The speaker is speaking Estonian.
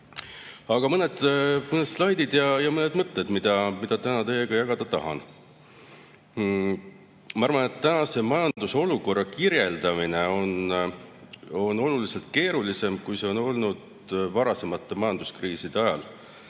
nüüd mõned slaidid ja mõned mõtted, mida täna teiega jagada tahan. Ma arvan, et praeguse majandusolukorra kirjeldamine on oluliselt keerulisem, kui see on olnud varasemate majanduskriiside ajal,